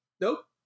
Nope